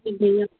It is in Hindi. जी